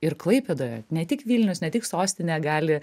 ir klaipėdoje ne tik vilnius ne tik sostinė gali